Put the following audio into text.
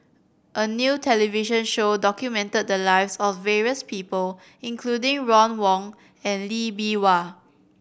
a new television show documented the lives of various people including Ron Wong and Lee Bee Wah